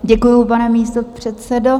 Děkuji, pane místopředsedo.